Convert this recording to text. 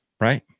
Right